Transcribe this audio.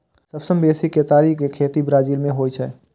सबसं बेसी केतारी के खेती ब्राजील मे होइ छै